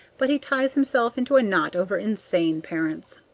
but he ties himself into a knot over insane parents.